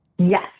Yes